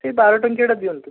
ସେଇ ବାର ଟଙ୍କିଆଟା ଦିଅନ୍ତୁ